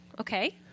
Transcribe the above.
okay